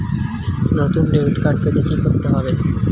নতুন debit card পেতে কী করতে হবে?